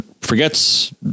forgets